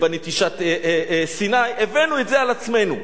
בנטישת סיני, הבאנו את זה על עצמנו.